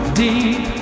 deep